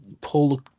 pull